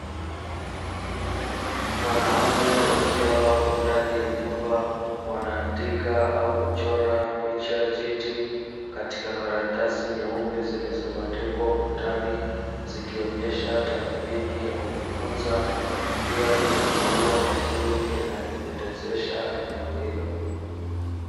Wanaume wakiwa ndani ya nyumba waandika au kuchora picha ya njiti katika karatasi nyeupe zilizobandikwa ukutani zikionesha tathimini za kujifunza pia kuna maua mazuri yanayopendezesha eneo hilo.